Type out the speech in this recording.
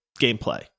gameplay